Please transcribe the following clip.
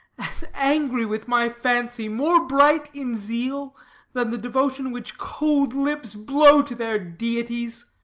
as angry with my fancy, more bright in zeal than the devotion which cold lips blow to their deities,